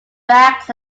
backs